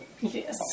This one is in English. Yes